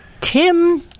tim